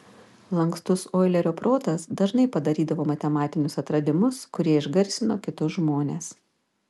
lankstus oilerio protas dažnai padarydavo matematinius atradimus kurie išgarsino kitus žmones